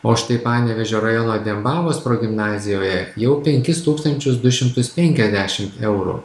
o štai panevėžio rajono dembavos progimnazijoje jau penkis tūkstančius du šimtus penkiasdešim eurų